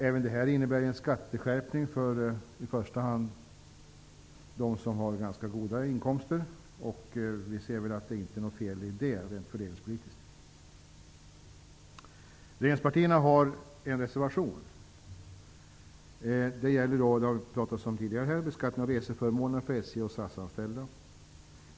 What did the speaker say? Även det här innebär en skatteskärpning för i första hand dem med ganska goda inkomster, och vi ser rent fördelningspolitiskt inget fel i det. Regeringspartierna har en reservation. Det gäller beskattningen av reseförmåner för anställda inom SJ och SAS, något som har tagits upp tidigare i debatten.